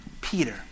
Peter